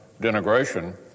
denigration